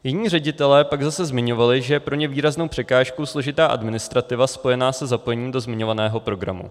Jiní ředitelé pak zase zmiňovali, že je pro ně výraznou překážkou složitá administrativa spojená se zapojením do zmiňovaného programu.